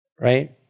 right